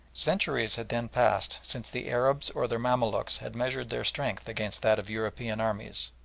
centuries had then passed since the arabs or their mamaluks had measured their strength against that of european armies,